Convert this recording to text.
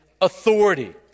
authority